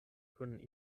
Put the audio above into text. kun